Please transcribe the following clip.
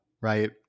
right